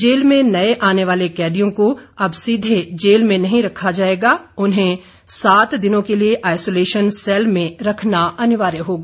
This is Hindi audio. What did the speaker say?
जेल में नये आने वाले कैदियों को अब सीधे जेल में नहीं रखा जाएगा और उन्हें सात दिनों के लिए आईसोलेशन सैल में रखना अनिवार्य होगा